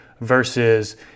versus